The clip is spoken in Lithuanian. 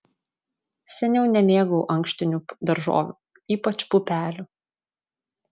seniau nemėgau ankštinių daržovių ypač pupelių